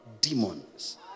Demons